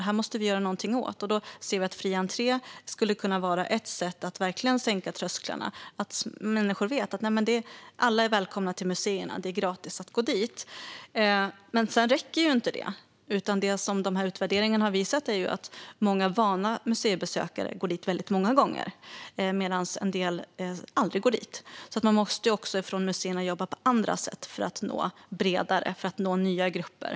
Detta måste vi göra någonting åt, och vi ser att fri entré skulle kunna vara ett sätt att verkligen sänka trösklarna. Då skulle människor veta att alla är välkomna till museerna och att det är gratis att gå dit. Sedan räcker ju inte detta. Det utvärderingarna har visat är att många vana museibesökare går dit väldigt många gånger medan andra aldrig går dit. Man måste alltså jobba på andra sätt från museernas sida för att nå ut bredare och nå nya grupper.